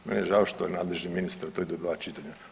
Meni je žao što je nadležni ministar, to ide u dva čitanja.